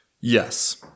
Yes